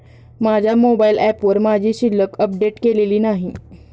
माझ्या मोबाइल ऍपवर माझी शिल्लक अपडेट केलेली नाही